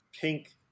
pink